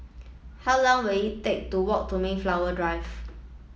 how long will it take to walk to Mayflower Drive